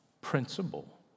principle